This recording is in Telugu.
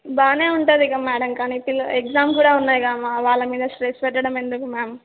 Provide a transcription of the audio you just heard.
బాగా ఉంటుంది ఇగ మేడం కానీ పిల్ల ఎగ్జామ్ కూడా ఉన్నయిగా మ్యామ్ వాళ్ళ మీద స్ట్రెస్ పెట్టడం ఎందుకు మ్యామ్